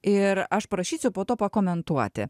ir aš prašysiu po to pakomentuoti